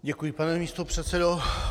Děkuji, pane místopředsedo.